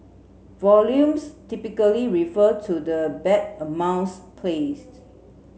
volumes typically refer to the bet amounts placed